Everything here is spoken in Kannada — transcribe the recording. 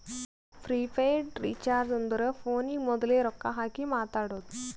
ಪ್ರಿಪೇಯ್ಡ್ ರೀಚಾರ್ಜ್ ಅಂದುರ್ ಫೋನಿಗ ಮೋದುಲೆ ರೊಕ್ಕಾ ಹಾಕಿ ಮಾತಾಡೋದು